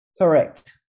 Correct